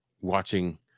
watching